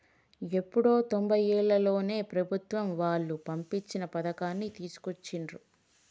ఎప్పుడో తొంబైలలోనే ప్రభుత్వం వాళ్ళు పించను పథకాన్ని తీసుకొచ్చిండ్రు